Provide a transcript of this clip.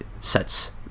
sets